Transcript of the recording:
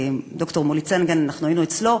וד"ר מולי צנגן, אנחנו היינו אצלו,